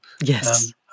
Yes